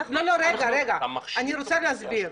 לא, רגע, אני רוצה להסביר.